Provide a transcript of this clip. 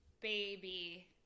baby